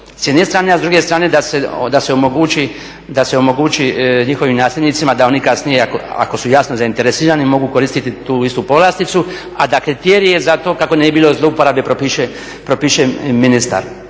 s jedne strane. A s druge strane da se omogući njihovim nasljednicama da oni kasnije ako su jasno zainteresirani mogu koristiti tu istu povlasticu a da kriterije za to kako ne bi bilo zloupotrebe propiše ministar.